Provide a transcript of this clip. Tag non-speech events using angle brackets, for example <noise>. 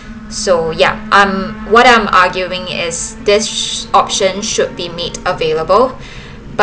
so ya I'm what I'm arguing is this option should be made available <breath> but